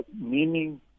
meaning